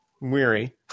Weary